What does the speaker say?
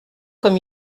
comme